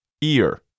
Ear